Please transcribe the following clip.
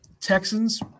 Texans